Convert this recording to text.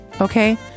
okay